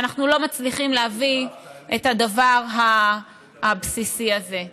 ואנחנו לא מצליחים להביא את הדבר הבסיסי הזה.